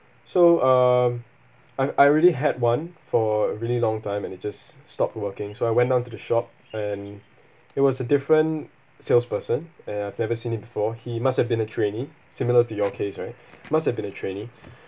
so um I've I already had one for a really long time and it just s~ stopped working so I went down to the shop and it was a different salesperson and I've never seen him before he must have been a trainee similar to your case right must have been a trainee